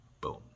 Boom